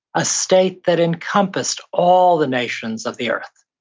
a state that encompassed all the nations of the earth,